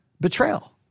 betrayal